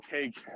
take